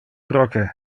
proque